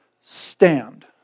stand